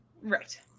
Right